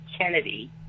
kennedy